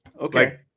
Okay